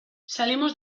salimos